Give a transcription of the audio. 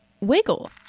wiggle